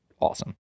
Awesome